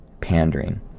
pandering